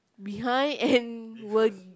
behind and will